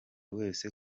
wese